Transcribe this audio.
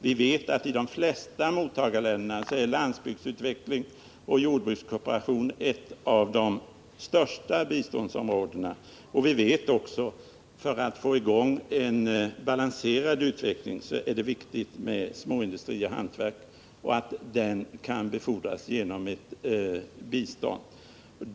Vi vet att i de flesta mottagarländerna är landsbygdsutvecklingen och jordbrukskooperationen ett av de största biståndsområdena. Vi vet också att för att få i gång en balanserad utveckling är småindustri och hantverk viktiga.